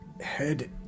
head